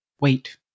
Wait